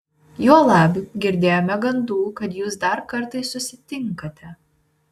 juolab girdėjome gandų kad jūs dar kartais susitinkate